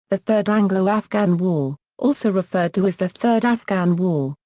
the third anglo-afghan war, also referred to as the third afghan war,